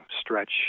stretch